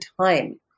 time